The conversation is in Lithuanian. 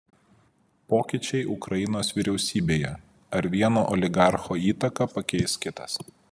pokyčiai ukrainos vyriausybėje ar vieno oligarcho įtaką pakeis kitas